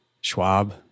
Schwab